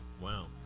wow